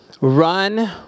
run